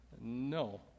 No